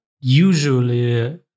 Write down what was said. usually